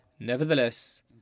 Nevertheless